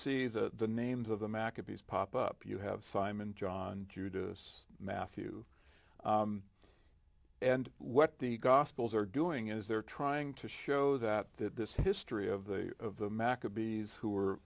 see the names of the maccabees pop up you have simon john judas matthew and what the gospels are doing is they're trying to show that that this history of the of the maccabees who